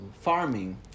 farming